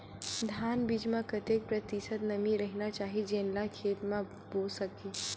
धान बीज म कतेक प्रतिशत नमी रहना चाही जेन ला खेत म बो सके?